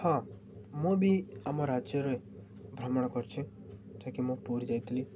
ହଁ ମୁଁ ବି ଆମ ରାଜ୍ୟରେ ଭ୍ରମଣ କରଛି ଯାହାକି ମୁଁ ପୁରୀ ଯାଇଥିଲି